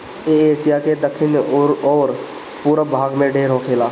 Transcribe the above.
इ एशिया के दखिन अउरी पूरब भाग में ढेर होखेला